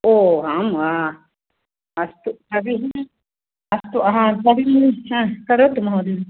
ओ आम् वा अस्तु तर्हि अस्तु अहं तर्हि ह्म् करोतु महोदय